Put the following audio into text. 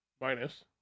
minus